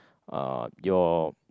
uh your